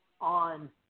on